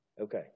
Okay